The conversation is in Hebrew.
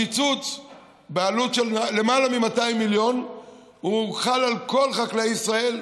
הקיצוץ של יותר מ-200 מיליון הוחל על כל חקלאי ישראל,